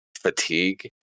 fatigue